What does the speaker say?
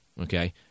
okay